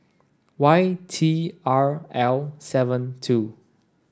Y T R L seven two